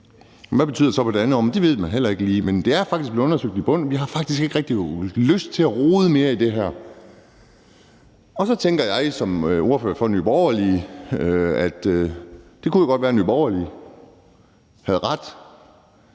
så betyder på det andet område, ved man heller ikke lige, men det er faktisk blevet undersøgt til bunds, og man har faktisk ikke rigtig lyst til at rode mere i det her. Så tænker jeg som ordfører for Nye Borgerlige, at det jo godt kunne være, at Nye Borgerlige havde ret,